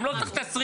וגם לא צריך תשריט.